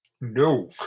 No